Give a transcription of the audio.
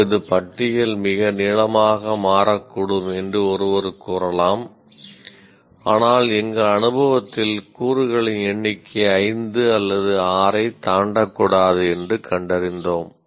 ஓ இது பட்டியல் மிக நீளமாக மாறக்கூடும் என்று ஒருவர் கூறலாம் ஆனால் எங்கள் அனுபவத்தில் கூறுகளின் எண்ணிக்கை 5 அல்லது 6 ஐ தாண்டக்கூடாது என்று கண்டறிந்தோம்